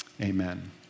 amen